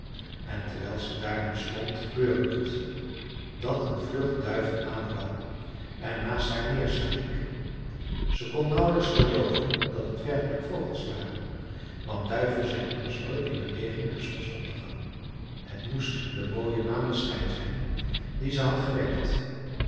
en terwijl ze daar nu stond gebeurde het dat een vlucht duiven aankwam en naast haar neerstreek ze kon nauwlijks gelooven dat het werkelijk vogels waren want duiven zijn immers nooit in beweging na zonsondergang het moest de mooie maneschijn zijn die ze had gewekt